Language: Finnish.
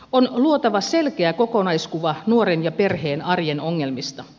on luotava selkeä kokonaiskuva nuoren ja perheen arjen ongelmista